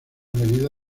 medida